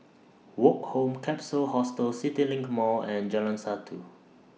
Woke Home Capsule Hostel CityLink Mall and Jalan Satu